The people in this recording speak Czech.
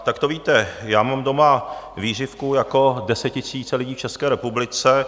Tak to víte, já mám doma vířivku jako desetitisíce lidí v České republice.